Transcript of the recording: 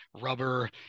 rubber